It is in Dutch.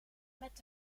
met